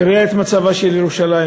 מרעה את מצבה של ירושלים.